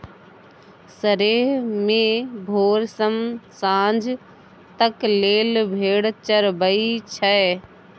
सरेह मे भोर सँ सांझ तक लेल भेड़ चरबई छै